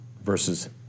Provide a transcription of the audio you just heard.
versus